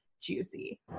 juicy